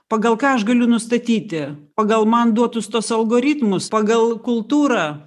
pagal ką aš galiu nustatyti pagal man duotus tuos algoritmus pagal kultūrą